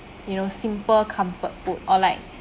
you know simple comfort food or like